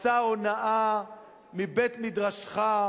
מסע הונאה מבית-מדרשך,